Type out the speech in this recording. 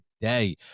today